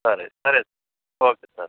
సరే సరే sir okay sir